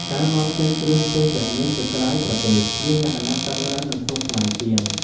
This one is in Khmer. ការនាំចេញគ្រឿងទេសទាំងនេះទៅក្រៅប្រទេសមានលក្ខខណ្ឌតឹងរ៉ឹង និងស្មុគស្មាញជាង។